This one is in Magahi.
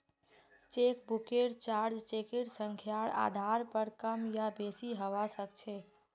चेकबुकेर चार्ज चेकेर संख्यार आधार पर कम या बेसि हवा सक्छे